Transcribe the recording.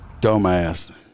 dumbass